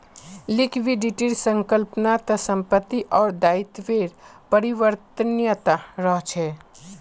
लिक्विडिटीर संकल्पना त संपत्ति आर दायित्वेर परिवर्तनीयता रहछे